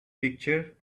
picture